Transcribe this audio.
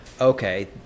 okay